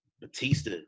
Batista